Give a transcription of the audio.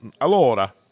allora